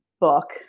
book